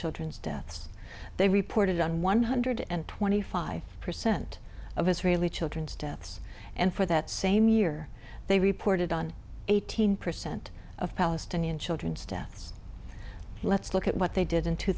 children's deaths they reported on one hundred and twenty five percent of israeli children's deaths and for that same year they reported on eighteen percent of palestinian children stats let's look at what they did in two